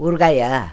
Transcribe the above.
ஊறுகாயா